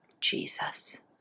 Jesus